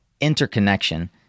interconnection